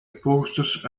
posters